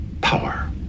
power